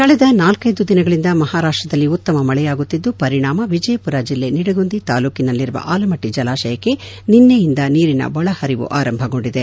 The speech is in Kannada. ಕಳೆದ ನಾಲ್ಕೈದು ದಿನಗಳಿಂದ ಮಹಾರಾಷ್ಟ ದಲ್ಲಿ ಉತ್ತಮ ಮಳೆಯಾಗುತ್ತಿದ್ದು ಪರಿಣಾಮ ವಿಜಯಪುರ ಜಿಲ್ಲೆ ನಿಡಗುಂದಿ ತಾಲ್ಲೂಕಿನಲ್ಲಿರುವ ಆಲಮಟ್ಟಿ ಜಿಲಾಶಯಕ್ಕೆ ನಿನ್ನೆಯಿಂದ ನೀರಿನ ಒಳ ಹರಿವು ಆರಂಭಗೊಂಡಿದೆ